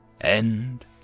End